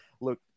look